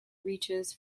reaches